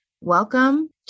Welcome